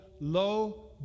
Lo